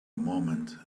moment